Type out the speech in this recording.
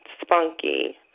spunky